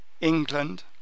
England